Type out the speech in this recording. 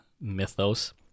mythos